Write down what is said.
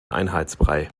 einheitsbrei